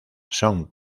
son